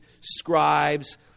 scribes